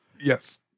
Yes